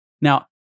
Now